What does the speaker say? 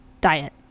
diet